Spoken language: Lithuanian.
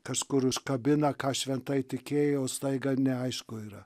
kažkur užkabina ką šventai tikėjau staiga neaišku yra